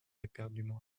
éperdument